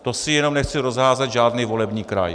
To si jenom nechci rozházet žádný volební kraj.